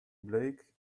blake